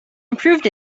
improved